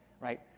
right